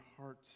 heart